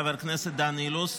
חבר הכנסת דן אילוז.